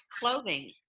clothing